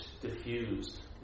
diffused